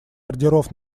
ордеров